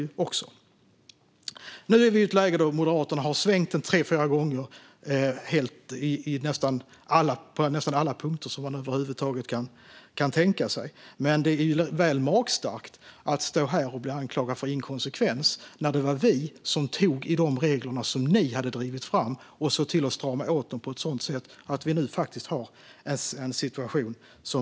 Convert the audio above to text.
Nu befinner vi oss i ett läge då Moderaterna har svängt tre fyra gånger på nästan alla punkter som man över huvud taget kan tänka sig. Men det är väl magstarkt när jag här blir anklagad för inkonsekvens trots att det var vi som tog tag i de regler som Moderaterna hade drivit fram. Vi har sett till att strama åt på sådant sätt att det nu går att klara av situationen.